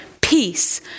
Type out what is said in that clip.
peace